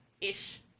ish